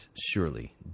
surely